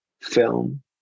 film